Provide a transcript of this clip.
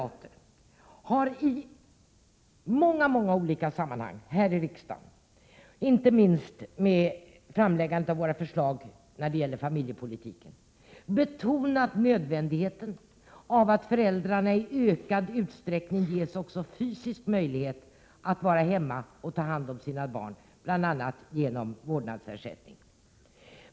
1987/88:124 moderater har i många olika sammanhang här i riksdagen, inte minst med våra förslag när det gäller familjepolitiken, betonat nödvändigheten av att föräldrarna i ökad utsträckning också ges fysisk möjlighet att vara hemma och ta hand om sina barn, bl.a. genom vårdnadsersättning.